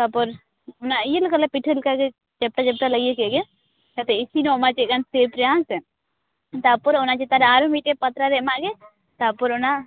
ᱛᱟᱯᱚᱨ ᱚᱱᱟ ᱤᱭᱟ ᱞᱮᱠᱟᱞᱮ ᱯᱤᱴᱷᱟᱹ ᱞᱮᱠᱟᱜᱮ ᱪᱟᱯᱴᱟ ᱪᱟᱯᱴᱟ ᱞᱮ ᱤᱭᱟ ᱠᱮᱫ ᱜᱮ ᱡᱟᱛᱮ ᱤᱥᱤᱱᱚᱜ ᱢᱟ ᱠᱟ ᱡᱜᱟᱱ ᱴᱷᱤᱠᱜᱮᱭᱟ ᱦᱮᱸᱥᱮ ᱛᱟᱨᱯᱚᱨ ᱚᱱᱟ ᱪᱮᱛᱟᱱᱨᱮ ᱟᱨᱚ ᱢᱤᱫᱴᱟᱝ ᱯᱟᱛᱲᱟ ᱞᱮ ᱮᱢᱟᱜ ᱜᱮ ᱛᱟᱯᱚᱨ ᱚᱱᱟ